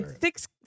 six